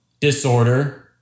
disorder